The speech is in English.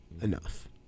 enough